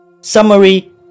Summary